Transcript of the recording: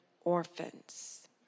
orphans